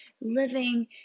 living